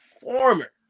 former